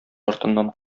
артыннан